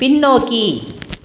பின்னோக்கி